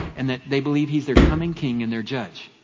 and that they believe he's they're coming king in there judge,